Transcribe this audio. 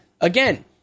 again